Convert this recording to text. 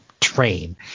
train